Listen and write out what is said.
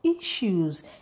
issues